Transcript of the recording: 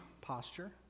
posture